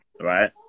Right